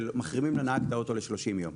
מחרימים לנהג את האוטו ל-30 יום.